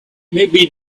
maybe